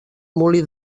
molí